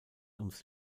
ums